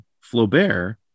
Flaubert